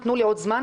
תנו לנו עוד זמן.